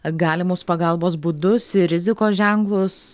galimus pagalbos būdus ir rizikos ženklus